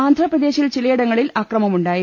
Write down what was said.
ആന്ധ്രാപ്രദേശിൽ ചിലയിടങ്ങളിൽ അക്രമമുണ്ടായി